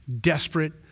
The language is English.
desperate